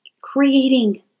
creating